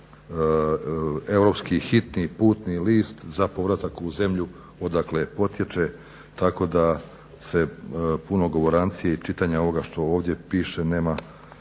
europski hitni putni list za povratak u zemlju odakle potječe tako da se puno govorancije i čitanja ovoga što ovdje piše nema